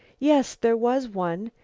yes, there was one.